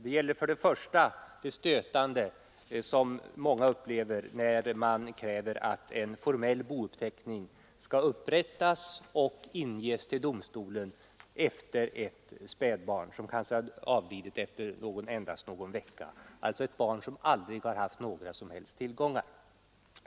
Det gäller för det första det av många som stötande upplevda kravet på upprättande av en formell bouppteckning, som skall inges till domstol, efter ett spädbarn som kanske avlidit efter endast någon vecka — alltså ett barn som aldrig haft några som helst tillgångar.